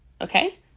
Okay